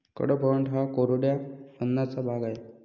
कडपह्नट हा कोरड्या अन्नाचा भाग आहे